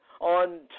on